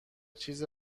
چیز